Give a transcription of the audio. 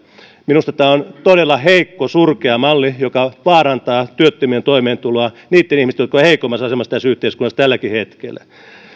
minusta tämä on todella heikko surkea malli joka vaarantaa työttömien toimeentuloa niitten ihmisten jotka ovat heikoimmassa asemassa tässä yhteiskunnassa tälläkin hetkellä suomi käyttää tällä hetkellä